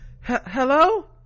hello